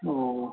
हँ